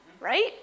right